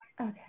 okay